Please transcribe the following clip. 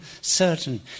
certain